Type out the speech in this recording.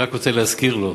אני רק רוצה להזכיר לו